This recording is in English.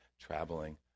traveling